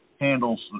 handles